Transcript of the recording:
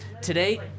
Today